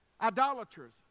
idolaters